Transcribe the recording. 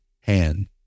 hand